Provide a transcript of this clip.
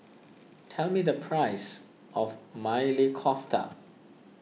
tell me the price of Maili Kofta